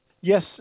Yes